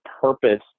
purpose